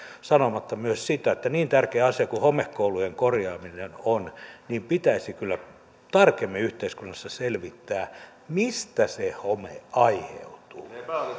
sanomatta myös sitä että niin tärkeä asia kuin homekoulujen korjaaminen on niin pitäisi tarkemmin yhteiskunnassa selvittää mistä se home aiheutuu